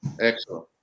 Excellent